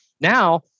now